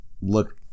look